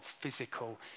physical